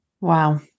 Wow